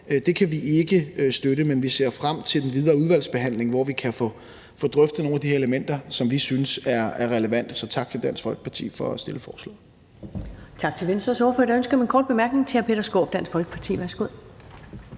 dag, kan vi ikke støtte. Men vi ser frem til den videre udvalgsbehandling, hvor vi kan få drøftet nogle af de her elementer, som vi synes er relevante. Så tak til Dansk Folkeparti for at have fremsat